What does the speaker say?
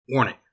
Warning